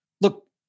look